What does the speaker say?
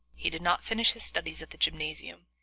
he did not finish his studies at the gymnasium,